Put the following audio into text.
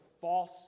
false